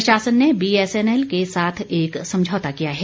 प्रशासन ने बीएसएनएल के साथ एक समझौता किया है